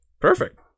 perfect